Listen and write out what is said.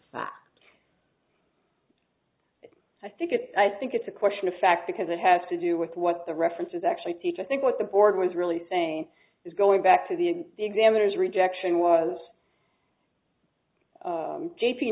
that i think it i think it's a question of fact because it has to do with what the references actually teach i think what the board was really saying is going back to the examiners rejection was